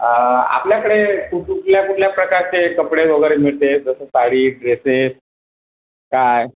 आपल्याकडे कुठ कुठल्या प्रकारचे कपडे मिळतात जसं साडी ड्रेसेस काय